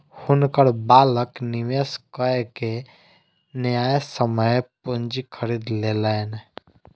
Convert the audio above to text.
हुनकर बालक निवेश कय के न्यायसम्य पूंजी खरीद लेलैन